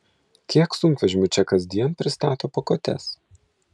kiek sunkvežimių čia kasdien pristato pakuotes